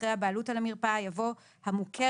אחרי "הבעלות על המרפאה" יבוא "המוכרת